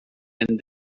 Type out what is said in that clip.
and